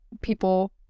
people